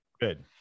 Good